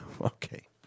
Okay